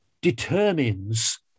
determines